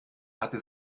hatte